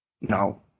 No